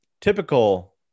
typical